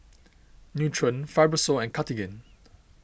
Nutren Fibrosol and Cartigain